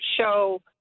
show